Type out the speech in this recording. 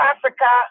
Africa